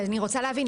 אני רוצה להבין.